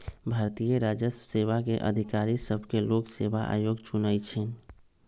भारतीय राजस्व सेवा के अधिकारि सभके लोक सेवा आयोग चुनइ छइ